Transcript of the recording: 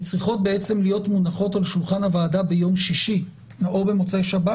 צריכות להיות מונחות על שולחן הוועדה ביום שישי או במוצאי שבת?